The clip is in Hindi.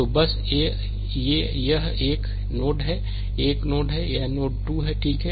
तो बस यह1 है यह नोड 1 है यह नोड 2 है ठीक है